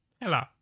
hello